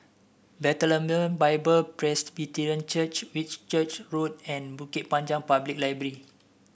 Bethlehem Bible Presbyterian Church Whitchurch Road and Bukit Panjang Public Library